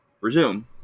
resume